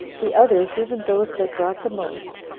the others, even those that brought the most,